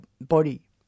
body